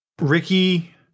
Ricky